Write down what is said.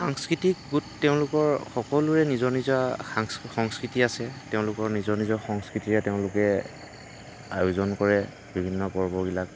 সাংস্কৃতিক গোট তেওঁলোকৰ সকলোৰে নিজ নিজা সাংচ সংস্কৃতি আছে তেওঁলোকৰ নিজৰ নিজৰ সংস্কৃতিৰে তেওঁলোকে আয়োজন কৰে বিভিন্ন পৰ্ববিলাক